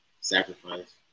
sacrifice